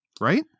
Right